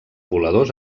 voladors